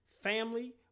family